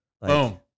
Boom